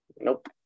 Nope